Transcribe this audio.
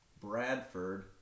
Bradford